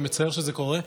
מצער שזה קורה,